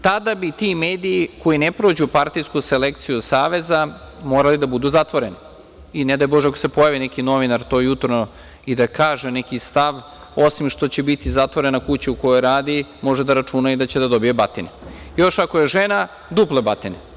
Tada bi ti mediji koji ne prođu partijsku selekciju saveza moraju da budu zatvoreni i ne daj bože ako se pojavi neki novinar to jutro i da kaže neki stav, osim što će biti zatvorena kuća u kojoj radi, može da računa i da će da dobije batine, još ako je žena, duple batine.